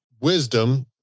wisdom